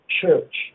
church